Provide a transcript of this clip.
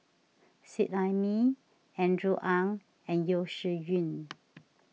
Seet Ai Mee Andrew Ang and Yeo Shih Yun